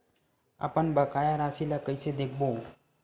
अपन बकाया राशि ला कइसे देखबो?